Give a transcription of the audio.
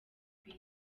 nka